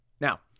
Now